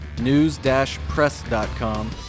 News-Press.com